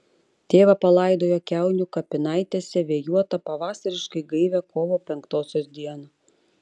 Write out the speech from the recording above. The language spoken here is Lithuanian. tėvą palaidojo kiaunių kapinaitėse vėjuotą pavasariškai gaivią kovo penktosios dieną